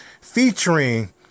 Featuring